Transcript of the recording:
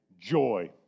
joy